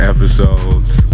Episodes